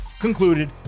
Concluded